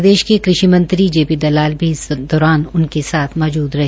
प्रदेश के कृशि मंत्री जेपी दलाल भी इस दौरान उनके साथ मौजूद रहे